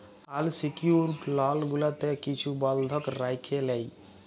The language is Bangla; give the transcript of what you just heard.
আল সিকিউরড লল যেগুলাতে কিছু বল্ধক রাইখে লেই